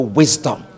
wisdom